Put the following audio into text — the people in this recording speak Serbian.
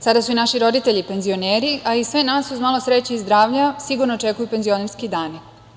Sada su i naši roditelji penzioneri, a i sve nas, uz malo sreće i zdravlja, sigurno očekuju penzionerski dani.